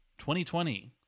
2020